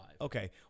Okay